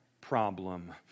problem